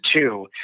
two